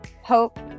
hope